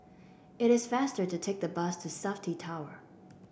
it is faster to take the bus to Safti Tower